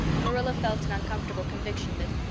marilla felt an uncomfortable conviction that,